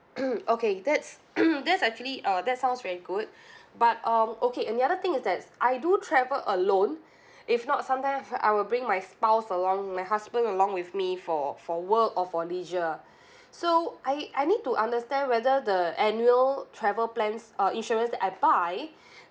okay that's that's actually uh that sounds very good but um okay another thing is that I do travel alone if not sometimes I will bring my spouse along my husband along with me for for work or for leisure so I I need to understand whether the annual travel plans uh insurance that I buy